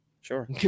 Sure